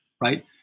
right